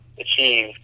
achieve